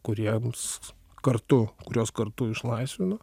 kuriems kartu kuriuos kartu išlaisvino